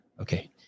Okay